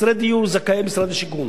חסרי דיור, זכאי משרד השיכון.